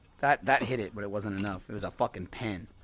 that that hit it, but it wasn't enough it was a fucking pen